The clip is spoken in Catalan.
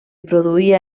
produïa